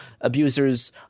abusers